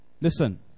listen